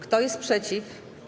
Kto jest przeciw?